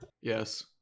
Yes